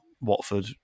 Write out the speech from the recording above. Watford